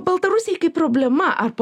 baltarusiai kaip problema ar po